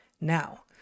Now